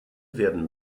werden